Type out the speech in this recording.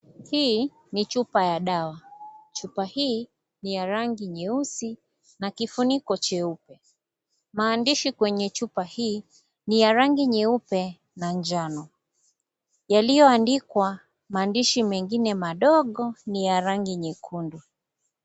Hii ni chupa ya dawa chupa hii ni ya rangi nyeusi na kifuniko cheupe maandishi kwenye chupa hii ni ya rangi nyeupe na njano yaliyo andikwa maandishi mengine madogo ni ya rangi nyekundu.